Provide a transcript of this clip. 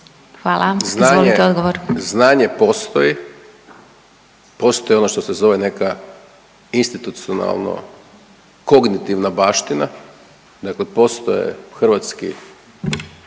Dončić, Siniša (SDP)** Znanje postoji, postoji ono što se zove neka institucionalno kognitivna baština, dakle postoje hrvatski